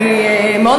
חברת הכנסת עליזה לביא,